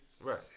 Right